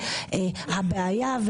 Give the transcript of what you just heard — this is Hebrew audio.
הבעיה,